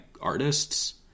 artists